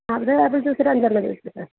ആ അത് apple juice ഒരഞ്ചെണ്ണം ഇരിക്കട്ടെ